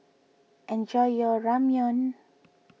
enjoy your Ramyeon